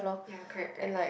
ya correct correct